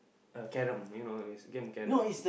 uh carem you know this game carem